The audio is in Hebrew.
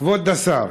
כבוד השר,